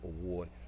award